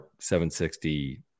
760